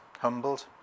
humbled